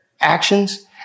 actions